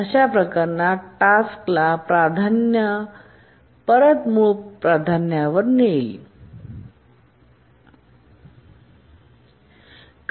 अशा प्रकरणात टास्क प्राधान्य परत मूळ प्राधान्यावर परत केली जातात